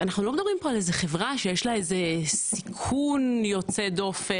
אנחנו לא מדברים פה על איזו חברה שיש לה סיכון יוצא דופן,